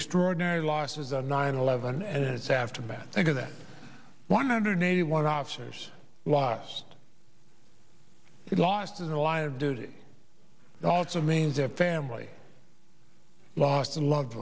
extraordinary losses on nine eleven and its aftermath think of that one hundred eighty one officers lost it lost in the line of duty also means a family lost a loved